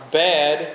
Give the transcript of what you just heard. bad